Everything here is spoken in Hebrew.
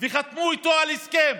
וחתמו איתו על הסכם,